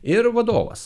ir vadovas